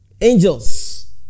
angels